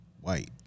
white